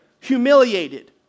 humiliated